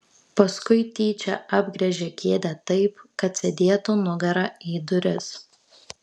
paskui tyčia apgręžė kėdę taip kad sėdėtų nugara į duris